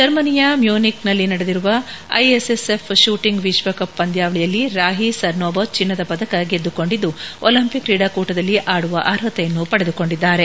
ಜರ್ಮನಿಯ ಮ್ಯೂನಿಕ್ನಲ್ಲಿ ನಡೆದಿರುವ ಐಎಸ್ಎಸ್ಎಫ್ ಶೂಟಿಂಗ್ ವಿಶ್ವಕಪ್ ಪಂದ್ಯಾವಳಿಯಲ್ಲಿ ರಾಹಿ ಸರ್ನೋಬತ್ ಚಿನ್ನದ ಪದಕ ಗೆದ್ದುಕೊಂಡಿದ್ದು ಒಲಿಂಪಿಕ್ ಕ್ರೀಡಾಕೂಟದಲ್ಲಿ ಆಡುವ ಅರ್ಹತೆಯನ್ನು ಪಡೆದುಕೊಂಡಿದ್ದಾರೆ